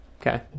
Okay